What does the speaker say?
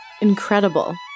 Incredible